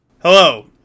hello